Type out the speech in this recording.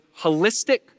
holistic